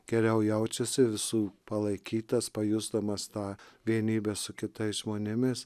geriau jaučiasi visų palaikytas pajusdamas tą vienybę su kitais žmonėmis